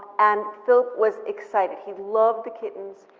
and philip was excited. he loved the kittens.